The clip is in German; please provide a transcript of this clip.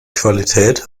qualität